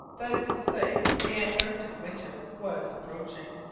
that is to say, the antarctic winter was approaching.